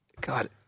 God